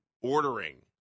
ordering